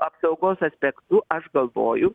apsaugos aspektu aš galvoju